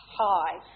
high